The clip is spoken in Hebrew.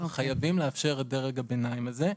חייבים לאפשר את דרג הביניים הזה.